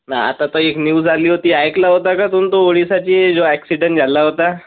नं आता तर एक न्यूज आली होती ऐकलं होता का तुनं तो ओडिसाची जो ॲक्सिडंट झाला होता